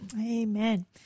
Amen